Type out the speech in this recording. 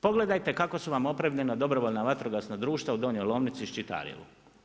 Pogledajte kako su vam opremljena dobrovoljna vatrogasna društva u Donjoj Lomnici i Ščitarjevu.